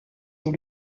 dans